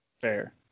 Fair